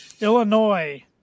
Illinois